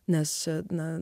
nes na